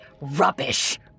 rubbish